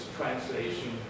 translation